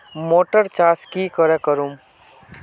Motor चास की करे करूम?